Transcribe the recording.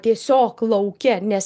tiesiog lauke nes